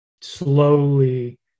slowly